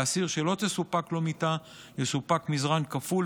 לאסיר שלא תסופק לו מיטה יסופק מזרן כפול,